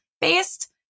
based